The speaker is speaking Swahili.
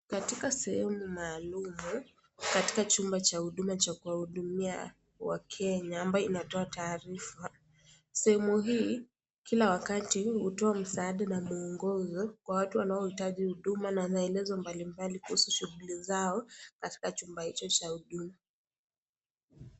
Katika sehemu maalum, katika chumba cha hudumia cha kuwawahudumia wakenya, ambaye inatoa taarifa. Sehemu hii kila wakati, hutoa msaada na mwongozo kwa watu wanaohitaji huduma na maelezo mbalimbali kuhusu shughuli zao katika chumba hicho cha huduma.